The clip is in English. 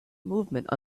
movement